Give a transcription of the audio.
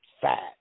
fat